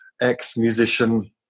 ex-musician